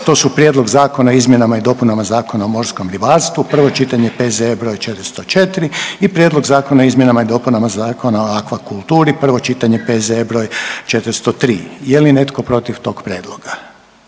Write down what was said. To su: - Prijedlog zakona o izmjenama i dopuni Zakona o morskom ribarstvu, prvo čitanje, P.Z.E. br. 404. i - Prijedlog zakona o izmjenama i dopuni Zakona o akvakulturi, prvo čitanje, P.Z.E. br. 403. Je li netko protiv tog prijedloga?